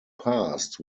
passed